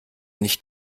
nicht